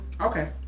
Okay